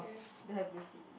don't have blue seat